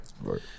right